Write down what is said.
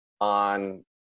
on